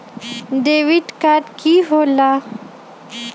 Debit card की होला?